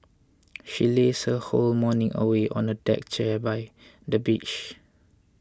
she lazed her whole morning away on the deck chair by the beach